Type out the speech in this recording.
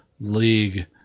League